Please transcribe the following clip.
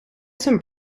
some